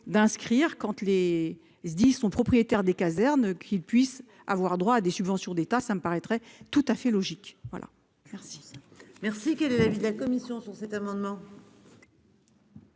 d'inscrire quand tu les SDIS sont propriétaire des casernes qu'qui puisse avoir droit à des subventions d'État, ça me paraîtrait tout à fait logique. Voilà. Cursus